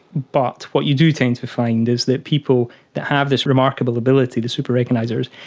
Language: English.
but what you do tend to find is that people that have this remarkable ability, the super recognisers,